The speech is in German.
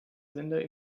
sender